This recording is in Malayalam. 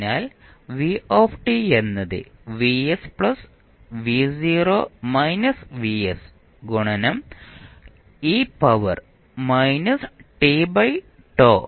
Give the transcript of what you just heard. അതിനാൽ V എന്നത് Vs plus V0 minus Vs ഗുണനം e power minus T by ട്ടോ